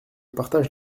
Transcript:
partage